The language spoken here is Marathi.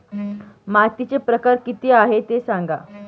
मातीचे प्रकार किती आहे ते सांगा